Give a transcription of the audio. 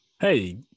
Hey